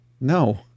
No